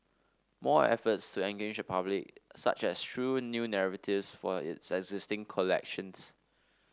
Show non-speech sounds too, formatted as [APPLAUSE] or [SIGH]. more efforts to engage the public such as through new [UNINTELLIGIBLE] for its existing collections